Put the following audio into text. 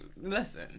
Listen